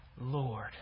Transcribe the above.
Lord